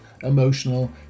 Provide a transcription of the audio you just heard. emotional